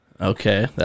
Okay